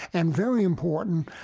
and very important,